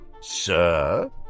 Sir